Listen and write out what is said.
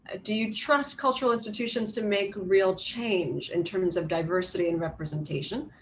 ah do you trust cultural institutions to make real change in terms of diversity and representation?